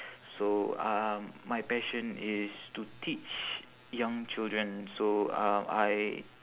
so um my passion is to teach young children so uh I